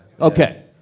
Okay